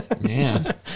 Man